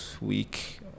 week